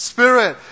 Spirit